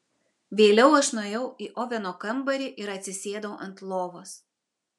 vėliau aš nuėjau į oveno kambarį ir atsisėdau ant lovos